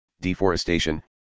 deforestation